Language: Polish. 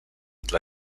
dla